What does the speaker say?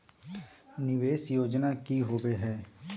निवेस योजना की होवे है?